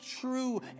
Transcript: true